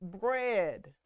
bread